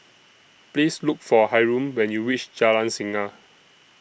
Please Look For Hyrum when YOU REACH Jalan Singa